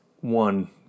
one